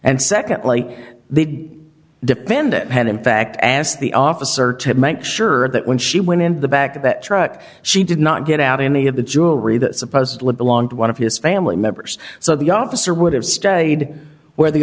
and secondly the dependent pen in fact asked the officer to make sure that when she went into the back of that truck she did not get out any of the jewelry that supposedly belonged to one of his family members so the officer would have stayed where the